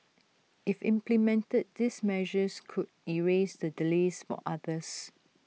if implemented these measures could ease the delays for others